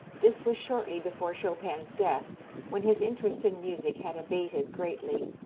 this was shortly before chopin's death when his interest in music had abated greatly.